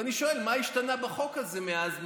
ואני שואל מה השתנה בחוק הזה מאז.